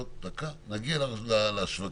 זה כרגע המצב החוקי